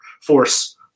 force